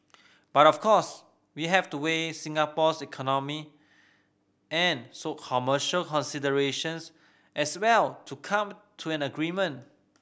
but of course we have to weigh Singapore's economic and show commercial considerations as well to come to an agreement